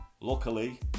Luckily